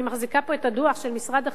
אני מחזיקה פה את הדוח של משרד החינוך,